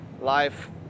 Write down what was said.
life